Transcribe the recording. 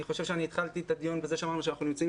אני חושב שהתחלתי את הדיון בזה שאמרתי שאנחנו נמצאים